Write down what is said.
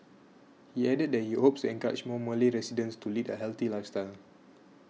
he added that he hopes encourage more Malay residents to lead a healthy lifestyle